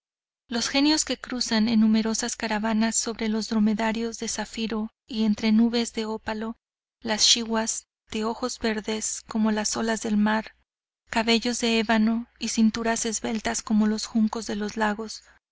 los genios que cruzan en numerosas caravanas sobre dromedarios de zafiro y entre nubes de ópalo las schiwas de ojos verdes como las olas del mar cabellos de ébano y cinturas esbeltas como los juncos de los lagos